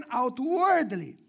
outwardly